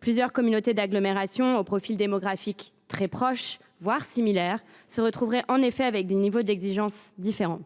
plusieurs communautés d’agglomération au profil démographique très proche, voire similaire, seraient alors soumises à des niveaux d’exigences différents.